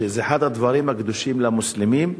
שזה אחד הדברים הקדושים למוסלמים,